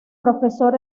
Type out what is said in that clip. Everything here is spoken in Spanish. profesor